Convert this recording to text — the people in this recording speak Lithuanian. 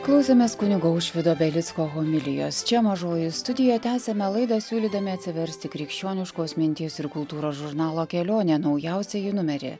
klausėmės kunigo aušvydo belicko homilijos čia mažoji studijoje tęsėme laidą siūlydami atsiversti krikščioniškos minties ir kultūros žurnalo kelionė naujausią numerį